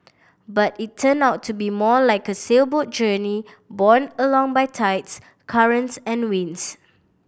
but it turned out to be more like a sailboat journey borne along by tides currents and winds